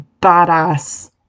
badass